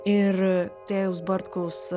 ir rėjaus bartkaus